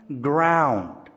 ground